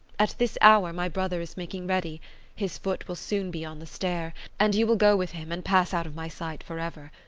at this hour my brother is making ready his foot will soon be on the stair and you will go with him and pass out of my sight for ever.